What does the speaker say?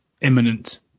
imminent